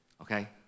okay